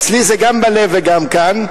אצלי זה גם בלב וגם כאן,